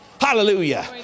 Hallelujah